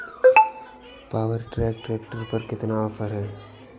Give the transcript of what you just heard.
Power track tractor पर कितना offer है?